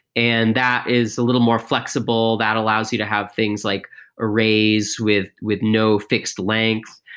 and that is a little more flexible. that allows you to have things like arrays with with no fixed length,